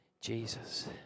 Jesus